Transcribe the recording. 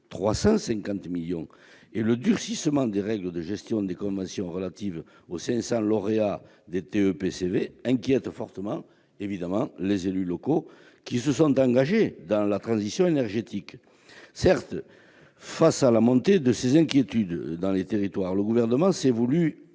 350 millions d'euros, et le durcissement des règles de gestion des conventions relatives aux 500 lauréats des TEPCV inquiètent fortement les élus locaux qui se sont engagés dans la transition énergétique. Certes, face à la montée de ces inquiétudes dans les territoires, le Gouvernement s'est voulu